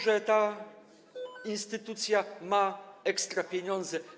że ta instytucja ma ekstra pieniądze.